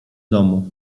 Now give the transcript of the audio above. domu